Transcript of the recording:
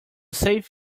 save